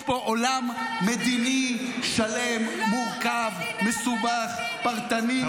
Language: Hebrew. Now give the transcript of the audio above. יש פה עולם מדיני שלם, מורכב, מסובך, פרטני.